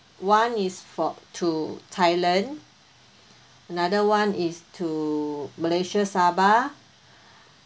one is for to thailand another one is to malaysia sabah